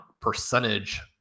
percentage